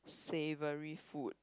savory food